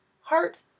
Heart